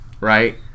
right